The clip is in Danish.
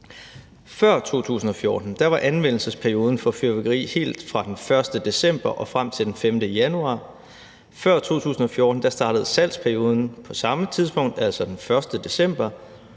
Før 2014 var anvendelsesperioden for fyrværkeri helt fra den 1. december og frem til den 5. januar. Før 2014 startede salgsperioden på samme tidspunkt, altså den 1. december.